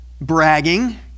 bragging